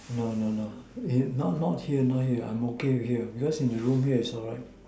no no no he not not here not here I'm okay here because in the room here is alright